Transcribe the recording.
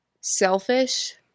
selfish